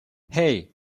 hey